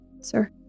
sir